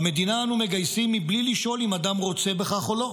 במדינה אנו מגייסים בלי לשאול אם אדם רוצה בכך או לא,